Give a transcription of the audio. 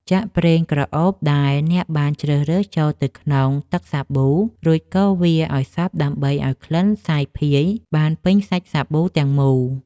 ចាក់ប្រេងក្រអូបដែលអ្នកបានជ្រើសរើសចូលទៅក្នុងទឹកសាប៊ូ រួចកូរវាឱ្យសព្វដើម្បីឱ្យក្លិនសាយភាយបានពេញសាច់សាប៊ូទាំងមូល។